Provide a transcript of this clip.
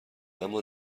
اما